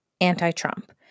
anti-Trump